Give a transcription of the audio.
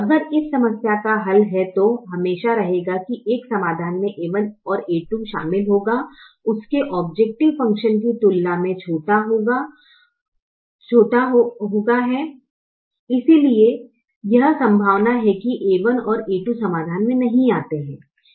अगर इस समस्या का हल है तो हमेशा रहेगा की एक समाधान जिसमे a1 और a2 शामिल होगा उसके औब्जैकटिव फंकशन वैल्यू की तुलना में छोटा होगा इसलिए यह संभावना है कि a1 और a2 समाधान में नहीं आते हैं